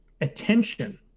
attention